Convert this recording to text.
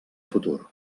futur